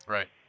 Right